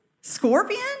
Scorpion